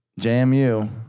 JMU